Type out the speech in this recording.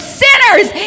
sinners